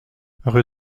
rue